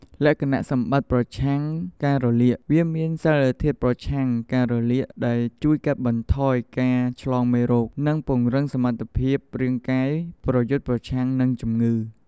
លក្ខណៈសម្បត្តិប្រឆាំងការរលាក វាមានសារធាតុប្រឆាំងការរលាកដែលជួយកាត់បន្ថយការឆ្លងមេរោគ និងពង្រឹងសមត្ថភាពរាងកាយប្រយុទ្ធប្រឆាំងនឹងជំងឺ។